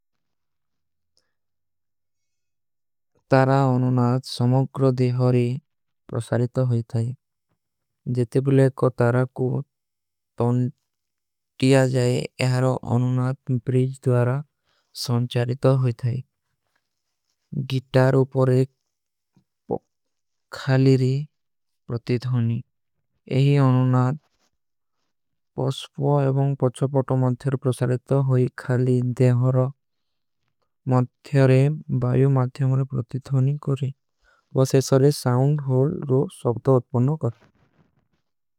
ତାରା ଅନୁନାତ ସମଗ୍ର ଦେହରୀ ପ୍ରସାରିତ ହୋଈ ଥାଈ। ଜେତେ ବୁଲେ କୋ ତାରା କୋ ତୌନ କିଯା ଜାଏ, ଯହାରୋ ଅନୁନାତ ବ୍ରୀଜ୍ଜ ଦ୍ଵାରା ସଂଚାରିତ ହୋଈ ଥାଈ। ଗିତାର ଉପରେ ଖାଲୀରୀ ପ୍ରତିଧ ହୋନୀ। ଏହୀ ଅନୁନାତ ପସ୍ପା ଏବଂଗ ପଚ୍ଚା ପଟା ମତ୍ଯର ପ୍ରସାରିତ ହୋଈ ଖାଲୀ ଦେହର ମତ୍ଯରେ ବାଯୂ ମତ୍ଯରେ ପ୍ରତିଧ ହୋନୀ କୋରେ। ବସ ଏସଲେ ସାଉଂଡ ହୋଲ ରୋ ସଗତା ଅପନୋ କର।